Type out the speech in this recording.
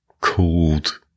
cold